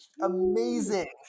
amazing